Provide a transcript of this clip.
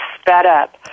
sped-up